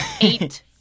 eight